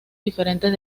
diferentes